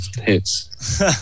hits